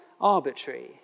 arbitrary